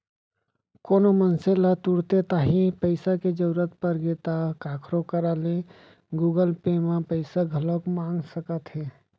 कोनो मनसे ल तुरते तांही पइसा के जरूरत परगे ता काखरो करा ले गुगल पे म पइसा घलौक मंगा सकत हे